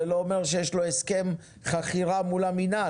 זה לא אומר שיש לו הסכם חכירה מול המנהל.